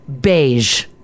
beige